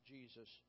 Jesus